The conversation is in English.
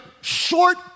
short